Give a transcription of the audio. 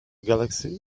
galaxy